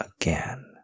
again